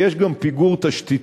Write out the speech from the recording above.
כי יש גם פיגור תשתיתי.